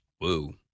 Woo